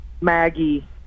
Maggie